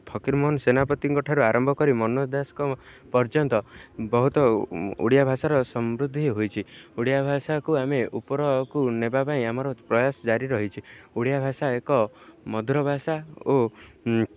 ଫକିରମୋହନ ସେନାପତିଙ୍କଠାରୁ ଆରମ୍ଭ କରି ମନୋଜ ଦାସଙ୍କ ପର୍ଯ୍ୟନ୍ତ ବହୁତ ଓଡ଼ିଆ ଭାଷାର ସମୃଦ୍ଧି ହୋଇଛିି ଓଡ଼ିଆ ଭାଷାକୁ ଆମେ ଉପରକୁ ନେବା ପାଇଁ ଆମର ପ୍ରୟାସ ଜାରି ରହିଛି ଓଡ଼ିଆ ଭାଷା ଏକ ମଧୁର ଭାଷା ଓ